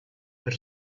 per